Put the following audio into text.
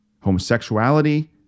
Homosexuality